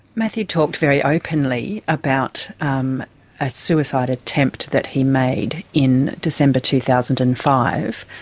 matthew talked very openly about um a suicide attempt that he made in december two thousand and five,